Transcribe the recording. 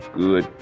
good